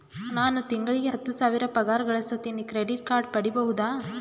ನಾನು ತಿಂಗಳಿಗೆ ಹತ್ತು ಸಾವಿರ ಪಗಾರ ಗಳಸತಿನಿ ಕ್ರೆಡಿಟ್ ಕಾರ್ಡ್ ಪಡಿಬಹುದಾ?